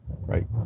Right